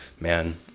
Man